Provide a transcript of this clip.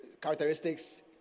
characteristics